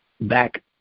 back